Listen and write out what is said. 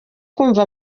kumva